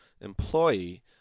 employee